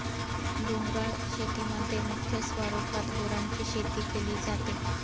डोंगराळ शेतीमध्ये मुख्य स्वरूपात गुरांची शेती केली जाते